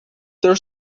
their